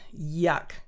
yuck